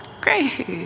great